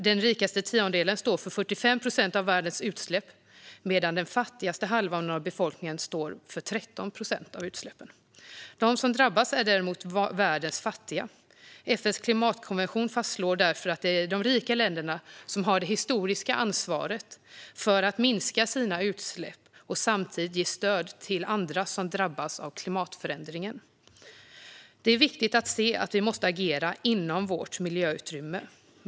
Den rikaste tiondelen står för 45 procent av världens utsläpp, medan den fattigaste halvan av befolkningen står för 13 procent av utsläppen. De som drabbas är däremot världens fattiga. FN:s klimatkonvention fastslår därför att det är de rika länderna som har det historiska ansvaret för att minska sina utsläpp och samtidigt ge stöd till andra som drabbas av klimatförändringarna. Det är viktigt att se att vi måste agera inom vårt miljöutrymme.